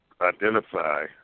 identify